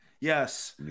Yes